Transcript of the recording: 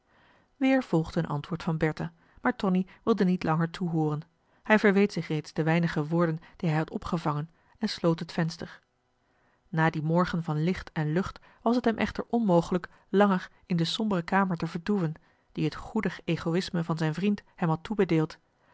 weer volgde een antwoord van bertha maar tonie wilde niet langer toehooren hij verweet zich reeds de weinige woorden die hij had opgevangen en sloot het venster na dien morgen van licht en lucht was t hem echter onmogelijk langer in de sombere kamer te vertoeven die het goedig egoïsme van zijn vriend hem had toebedeeld